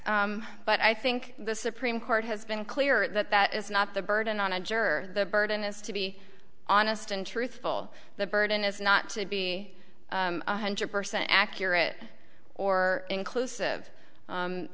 but i think the supreme court has been clear that that is not the burden on a juror the burden is to be honest and truthful the burden is not to be one hundred percent accurate or inclusive